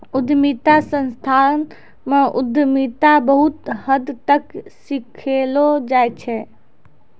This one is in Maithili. उद्यमिता संस्थान म उद्यमिता बहुत हद तक सिखैलो जाय छै